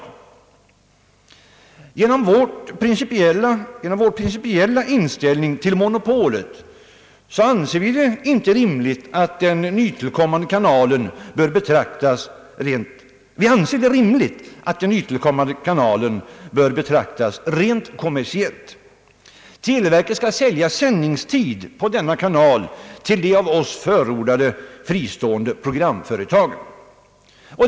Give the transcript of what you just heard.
På grund av vår principiella inställning till monopolet anser vi det rimligt att den nytillkommande kanalen betraktas rent kommersiellt. Televerket skall sälja sändningstid på denna kanal till de av oss förordade fristående programföretagen.